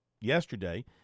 yesterday